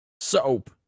soap